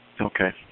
Okay